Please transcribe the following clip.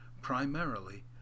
primarily